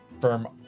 Firm